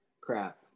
crap